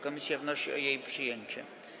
Komisja wnosi o jej przyjęcie.